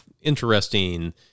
interesting